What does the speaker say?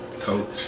Coach